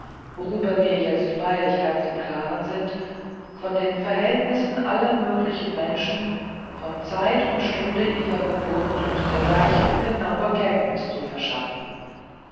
worüber wir jetzt freilich ganz im klaren sind von den verhältnissen aller möglichen menschen von zeit und stunde ihrer geburt und dergleichen genaue kenntnis zu verschaffen